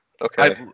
Okay